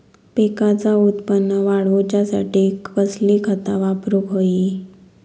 पिकाचा उत्पन वाढवूच्यासाठी कसली खता वापरूक होई?